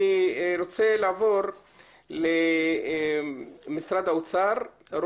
נעבור למשרד האוצר.